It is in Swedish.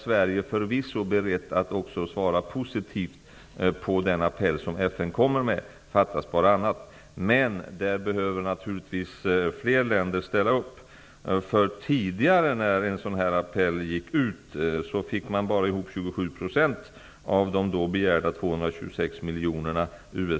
Sverige är förvisso berett att svara positivt på den apell som FN kommer med -- fattas bara annat! Men fler länder behöver ställa upp. När en sådan här apell tidigare gick ut fick man bara ihop 27 % Fru talman!